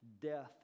death